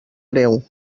greu